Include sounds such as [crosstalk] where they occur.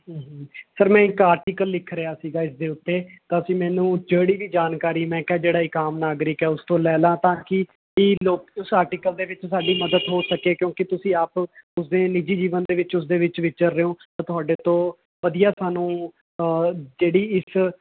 sir ਮੈਂ ਇੱਕ article ਲਿਖ ਰਿਹਾ ਸੀ ਇਸਦੇ ਉੱਤੇ ਤਾਂਕਿ ਮੈਨੂੰ ਜਿਹੜੀ ਵੀ ਜਾਣਕਾਰੀ ਮੈਂ ਕਿਹਾ ਜਿਹੜਾ ਇੱਕ ਆਮ ਨਾਗਰਿਕ ਹੈ ਉਸਤੋਂ ਲੈ ਲਾ [unintelligible] ਤਾਂਕਿ ਲੋਕ ਉਸ ਆਰਟੀਕਲ ਦੇ ਵਿੱਚ ਸਾਡੀ ਮੱਦਦ ਹੋ ਸਕੇ ਕਿਉਂਕਿ ਤੁਸੀਂ ਆਪ ਉਸਦੇ ਨਿੱਜੀ ਜੀਵਨ ਦੇ ਵਿੱਚ ਉਸਦੇ ਵਿੱਚ ਵਿਚਰ ਰਹੇ ਹੋ ਤਾਂ ਤੁਹਾਡੇ ਤੋਂ ਵਧੀਆ ਸਾਨੂੰ ਜਿਹੜੀ ਇਸ